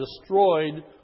destroyed